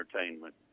entertainment